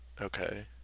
Okay